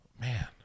man